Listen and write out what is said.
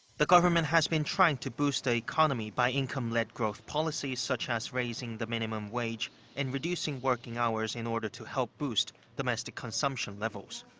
the government has been trying to boost the economy by income-led growth policies such as raising the minimum wage and reducing working hours in order to help boost domestic consumption levels.